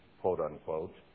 quote-unquote